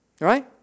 right